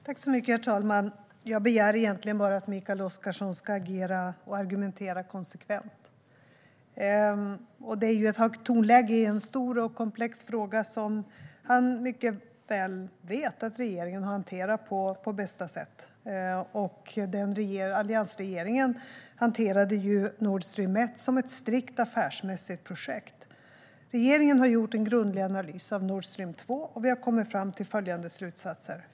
Herr talman! Jag begär egentligen bara att Mikael Oscarsson ska agera och argumentera konsekvent. Tonläget är högt i en stor och komplex fråga som han mycket väl vet att regeringen har hanterat på bästa sätt. Alliansregeringen hanterade ju Nord Stream 1 som ett strikt affärsmässigt projekt. Regeringen har gjort en grundlig analys av Nord Stream 2 och kommit fram till några slutsatser.